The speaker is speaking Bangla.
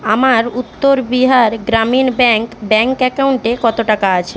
আমার উত্তর বিহার গ্রামীণ ব্যাঙ্ক ব্যাঙ্ক অ্যাকাউন্টে কত টাকা আছে